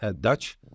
Dutch